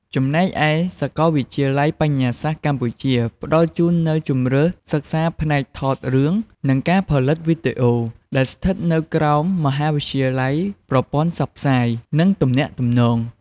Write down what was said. ចំណែកឯ សាកលវិទ្យាល័យបញ្ញាសាស្ត្រកម្ពុជា ផ្តល់ជូននូវជម្រើសសិក្សាផ្នែក "ថតរឿង និងការផលិតវីដេអូ" ដែលស្ថិតនៅក្នុងមហាវិទ្យាល័យប្រព័ន្ធផ្សព្វផ្សាយ និងទំនាក់ទំនង។